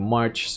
March